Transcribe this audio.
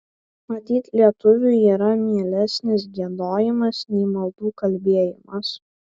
matyt lietuviui yra mielesnis giedojimas nei maldų kalbėjimas